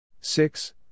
six